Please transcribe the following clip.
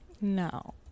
No